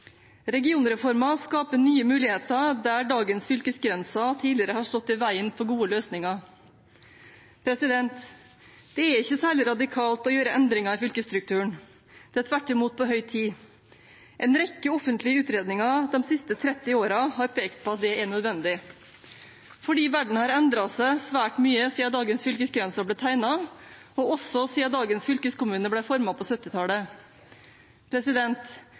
skaper nye muligheter der dagens fylkesgrenser tidligere har stått i veien for gode løsninger. Det er ikke særlig radikalt å gjøre endringer i fylkesstrukturen. Det er tvert imot på høy tid. En rekke offentlige utredninger de siste 30 årene har pekt på at det er nødvendig, fordi verden har endret seg svært mye siden dagens fylkesgrenser ble tegnet og også siden dagens fylkeskommuner ble formet på